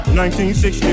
1960